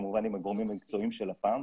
כמובן עם הגורמים המקצועיים של לפ"מ,